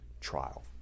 trial